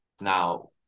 now